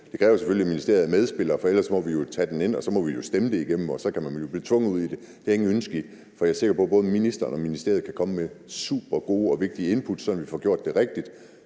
Det kræver selvfølgelig, at ministeriet er medspiller. Ellers må vi jo tage det ind og stemme det igennem, og så kan man blive tvunget ud i det. Det er ikke ønskeligt, for jeg er sikker på, at både ministeren og ministeriet kan komme med supergode og vigtige input, sådan at vi får gjort det rigtigt.